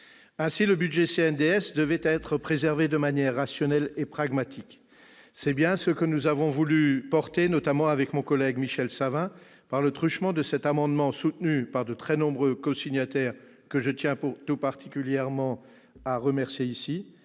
Ainsi, le budget du CNDS devait être préservé de manière rationnelle et pragmatique. C'est bien ce que nous avons voulu porter, notamment avec mon collègue Michel Savin, par le truchement de cet amendement soutenu par de très nombreux cosignataires, que je tiens tout particulièrement à remercier ici,